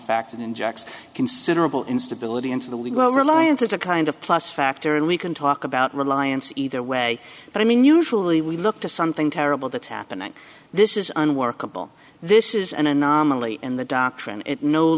fact it injects considerable instability into the legal reliance is a kind of plus factor and we can talk about reliance either way but i mean usually we look to something terrible that's happening this is unworkable this is an anomaly in the doctrine it no